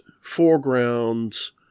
foregrounds